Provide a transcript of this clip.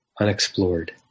unexplored